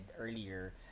earlier